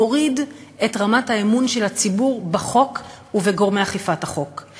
מוריד את רמת האמון של הציבור בחוק ובגורמי אכיפת החוק.